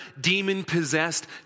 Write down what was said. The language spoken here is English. demon-possessed